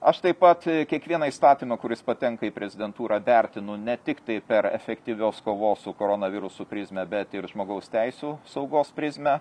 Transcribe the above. aš taip pat kiekvieną įstatymą kuris patenka į prezidentūrą vertinu ne tiktai per efektyvios kovos su koronavirusu prizmę bet ir žmogaus teisių saugos prizmę